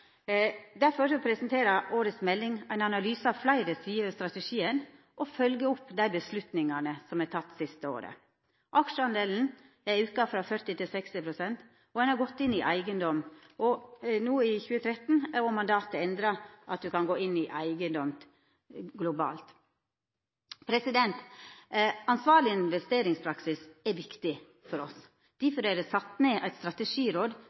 Derfor presenterer årets melding ein analyse av fleire sider ved strategien og følgjer opp dei vedtaka som er teke dei siste åra – aksjedelen er auka frå 40 pst. til 60 pst., ein har gått inn i eigedom, og no i 2013 er mandatet endra til at ein kan gå inn i eigedom globalt. Ansvarleg investeringspraksis er viktig for oss. Derfor er det sett ned eit strategiråd